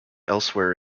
elsewhere